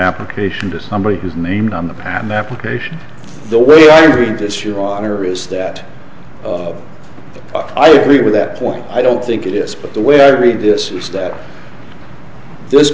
application to somebody who is named on the patent application the way i read this your honor is that i agree with that point i don't think it is but the way i read this is that there